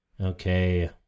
Okay